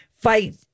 fight